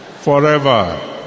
forever